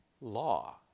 law